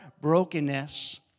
brokenness